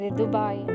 dubai